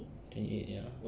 twenty eight ya